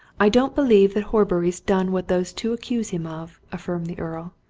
i don't believe that horbury's done what those two accuse him of, affirmed the earl.